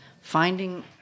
Finding